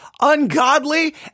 ungodly